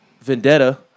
vendetta